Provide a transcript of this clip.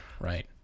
right